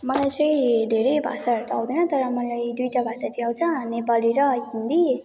मलाई चाहिँ धेरै भाषाहरू त आउँदैन तर मलाई दुईवटा भाषा चाहिँ आउँछ नेपाली र हिन्दी